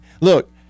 look